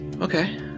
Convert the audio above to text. Okay